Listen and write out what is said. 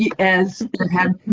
yeah as had,